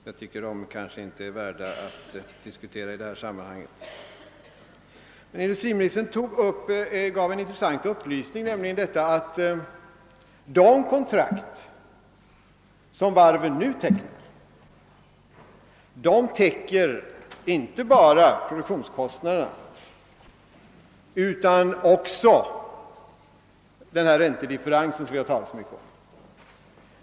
Jag tycker inte de är värda att diskutera i detta sammanhang. Men industriministern gav en intressant upplysning, nämligen att de kontrakt som varven nu tecknar täcker inte bara produktionskostnaderna utan också den räntedifferens som vi talat så mycket om.